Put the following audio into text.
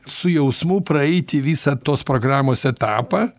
su jausmu praeiti visą tos programos etapą